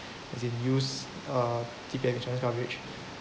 as in use uh C_P_F insurance coverage